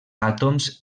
àtoms